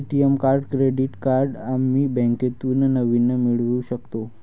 ATM card credit card आम्ही बँकेतून नवीन मिळवू शकतो